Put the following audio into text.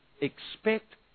expect